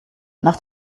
nach